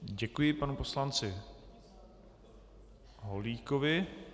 Děkuji panu poslanci Holíkovi.